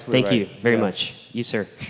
thank you very much. you sir.